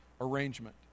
arrangement